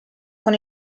con